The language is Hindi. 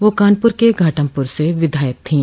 वह कानपुर के घाटमपुर से विधायक थीं